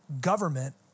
government